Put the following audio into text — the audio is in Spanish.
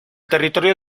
territorio